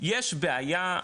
יש בעיה,